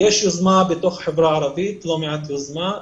יש יוזמה בחברה הערבית, לא מעט יוזמה,